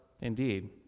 indeed